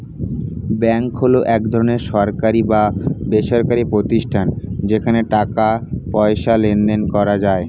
bank হলো এক ধরনের সরকারি বা বেসরকারি প্রতিষ্ঠান যেখানে টাকা পয়সার লেনদেন করা যায়